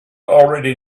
already